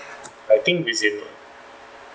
I think is it